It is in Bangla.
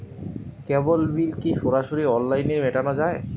কেবল বিল কি সরাসরি অনলাইনে মেটানো য়ায়?